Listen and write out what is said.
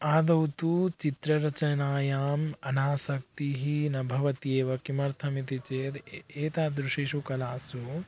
आदौ तु चित्र रचनायाम् अनासक्तिः न भवत्येव किमर्थमिति चेद् ए एतादृशेषु कलासु